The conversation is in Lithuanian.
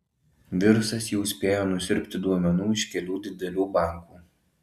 virusas jau spėjo nusiurbti duomenų iš kelių didelių bankų